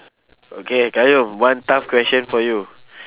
okay qayyum one tough question for you